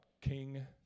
King